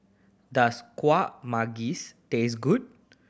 does Kuih Manggis taste good